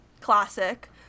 classic